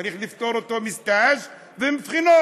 צריך לפטור אותו מסטאז' ומבחינות.